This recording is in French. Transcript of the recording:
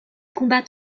combat